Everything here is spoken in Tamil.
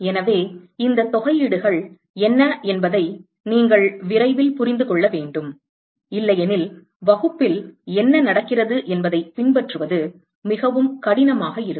எனவே இந்த தொகையீடுகள் என்ன என்பதை நீங்கள் விரைவில் புரிந்து கொள்ள வேண்டும் இல்லையெனில் வகுப்பில் என்ன நடக்கிறது என்பதைப் பின்பற்றுவது மிகவும் கடினமாக இருக்கும்